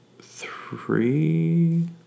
three